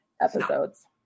episodes